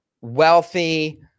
wealthy